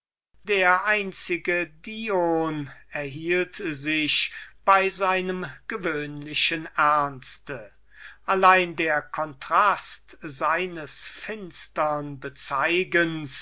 der einzige dion erhielt sich in seiner gewöhnlichen ernsthaftigkeit und machte durch den starken kontrast seines finstern bezeugens